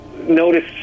notice